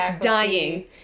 dying